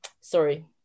sorry